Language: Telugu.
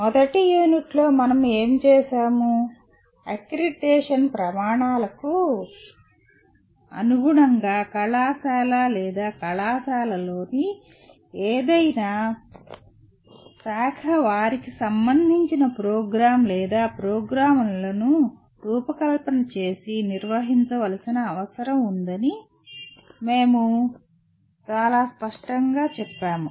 మొదటి యూనిట్లో మనం ఏమి చేసాము అక్రెడిటేషన్ ప్రమాణాలకు అనుగుణంగా కళాశాల లేదా కళాశాలలోని ఏదైనా శాఖ వారికి సంబంధించిన ప్రోగ్రామ్ లేదా ప్రోగ్రామ్లను రూపకల్పన చేసి నిర్వహించాల్సిన అవసరం ఉందని మేము చాలా స్పష్టంగా చెప్పాము